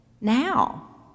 now